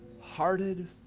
hearted